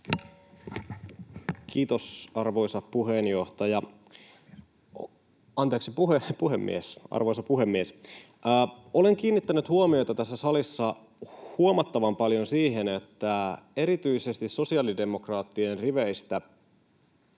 Time: 22:10 Content: Kiitos, arvoisa puhemies! Olen kiinnittänyt huomiota tässä salissa huomattavan paljon siihen, että erityisesti sosiaalidemokraattien riveistä